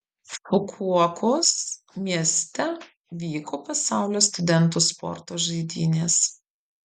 fukuokos mieste vyko pasaulio studentų sporto žaidynės